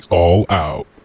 all-out